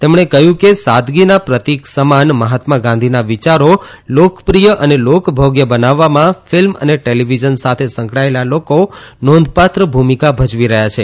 તેમણે કહ્યું કે સાદગીના પ્રતીક સમાન મહાત્મા ગાંધી ના વિયારો લોકપ્રિય અને લોકભોગ્ય બનાવવામાં ફિલ્મ અને ટેલીવિઝન સાથે સંકળાયેલા લોકો નોંધપાત્ર ભૂમિકા ભજવી રહ્યા છે